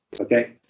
Okay